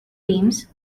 teams